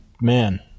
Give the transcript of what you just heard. man